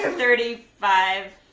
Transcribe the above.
thirty five.